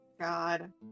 God